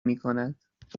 میکند